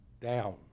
down